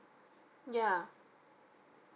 yeah